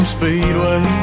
Speedway